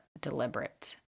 deliberate